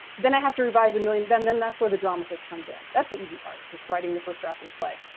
then i have to revise a million then then that's where the dramatist comes in. that's the easy part. just writing the first draft of the play.